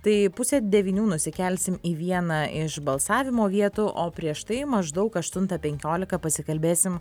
tai pusė devynių nusikelsim į vieną iš balsavimo vietų o prieš tai maždaug aštuntą penkiolika pasikalbėsim